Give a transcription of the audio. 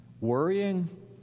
Worrying